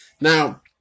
Now